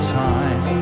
time